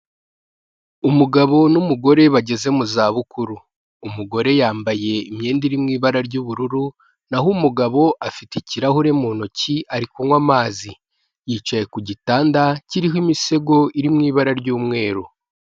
Umugabo n'umugore bageze mu za bukuru umugore yambaye imyenda iri mu ibara ry'ubururu naho umugabo afite ikirahuri mu ntoki ari kunywa amazi yicaye ku gitanda kiriho imisego iri mu ibara ry'umweru.